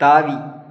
தாவி